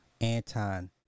Anton